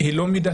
הן לא מידתיות,